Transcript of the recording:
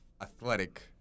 athletic